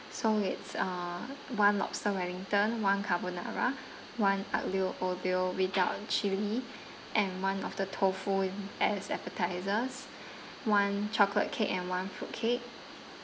so it's uh one lobster wellington one carbonara one aglio oglio without chilli and one of the tofu in as appetisers one chocolate cake and one fruit cake